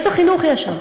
איזה חינוך יש שם?